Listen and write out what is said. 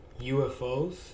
UFOs